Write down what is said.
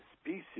species